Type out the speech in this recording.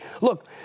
Look